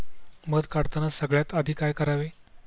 मध काढताना सगळ्यात आधी काय करावे?